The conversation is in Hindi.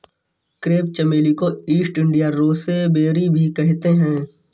क्रेप चमेली को ईस्ट इंडिया रोसेबेरी भी कहते हैं